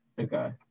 okay